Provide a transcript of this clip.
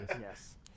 Yes